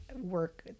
work